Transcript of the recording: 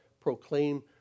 proclaim